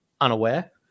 unaware